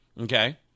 Okay